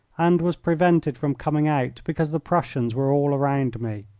and was prevented from coming out because the prussians were all around me.